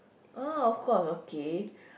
oh of course okay